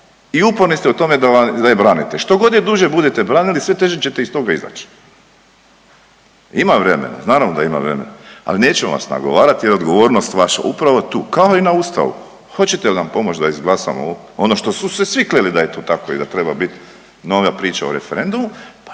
I uporni ste u tome da je branite. Što god je duže budete branili sve teže ćete iz toga izaći. Ima vremena, znamo da ima vremena ali nećemo vas nagovarati, jer odgovornost vaša upravo je tu kao i na Ustavu. Hoćete li nam pomoći da izglasamo ono što su se svi kleli da je to tako i da treba biti nova priča o referendumu,